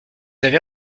avez